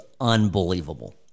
unbelievable